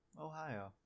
Ohio